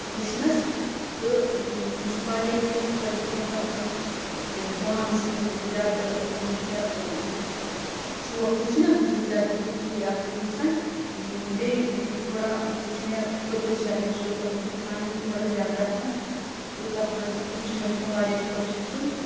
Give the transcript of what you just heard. وٕچھنَس تہٕ مےٚ چھِ واریاہ کینٛہہ خۄش گژھان تَتھ منٛز ڈانسِنٛگ زیادٕ پَہَم چھِ مےٚ شوق وٕچھنَس بہٕ چھس زیادٕ پَہَم سُے آسان وٕچھان بیٚیہِ تھوڑا چھِ مےٚ کٔپِل شَرما شوٚو تَتھ منٛز چھِ فن تھوڑا زیادٕ آسان تہٕ تَتھ منٛز سُہ تہِ چھِ مےٚ گژھان واریاہ خۄش وٕچھُن